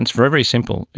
it's very very simple,